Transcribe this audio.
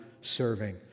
serving